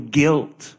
guilt